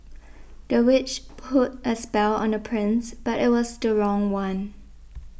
the witch put a spell on the prince but it was the wrong one